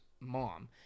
mom